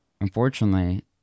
unfortunately